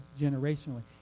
generationally